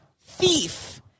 thief